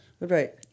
Right